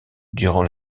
durant